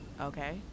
Okay